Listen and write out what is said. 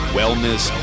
wellness